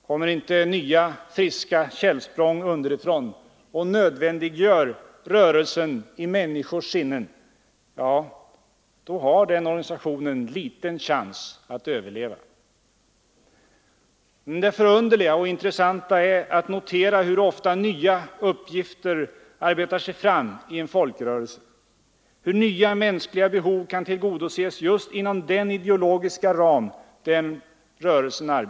Kommer inte nya friska källsprång underifrån och nödvändiggör en rörelse i människors sinnen, ja då har den organisationen liten chans att överleva. Men det förunderliga och intressanta är att notera hur ofta nya uppgifter arbetar sig fram i en folkrörelse, hur nya mänskliga behov kan tillgodoses just inom den ideologiska ram som den rörelsen har.